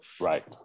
right